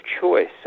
choice